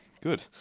good